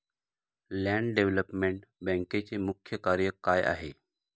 Land development बँकेचे मुख्य कार्य काय आहे?